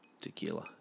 Tequila